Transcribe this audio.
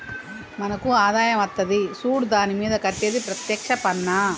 మనకు ఆదాయం అత్తది సూడు దాని మీద కట్టేది ప్రత్యేక్ష పన్నా